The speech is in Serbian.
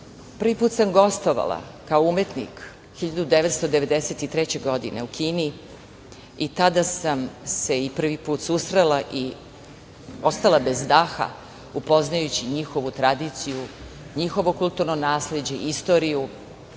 put sam gostovala kao umetnik 1993. godine u Kini i tada sam se i prvi put susrela i ostala bez daha upoznajući njihovu tradiciju, njihovo kulturno nasleđe, istoriju,